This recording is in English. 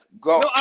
go